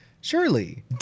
Surely